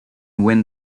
win